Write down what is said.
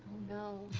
no.